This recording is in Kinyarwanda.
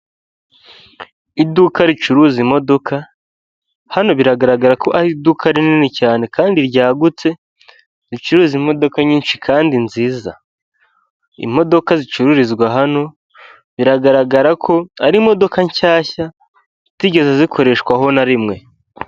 Iduka ricuruza imodoka hano biragaragara ko ari iduka rinini cyane kandi ryagutse ricuruza imodoka nyinshi kandi nziza, imodoka zicururizwa hano biragaragara ko ari imodoka nshyashya zitigeze zikoreshwaho na rimwe.